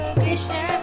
krishna